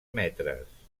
metres